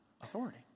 authority